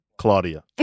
Claudia